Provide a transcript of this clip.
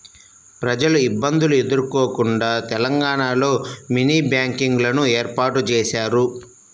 ప్రజలు ఇబ్బందులు ఎదుర్కోకుండా తెలంగాణలో మినీ బ్యాంకింగ్ లను ఏర్పాటు చేశారు